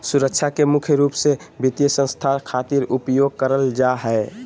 सुरक्षा के मुख्य रूप से वित्तीय संस्था खातिर उपयोग करल जा हय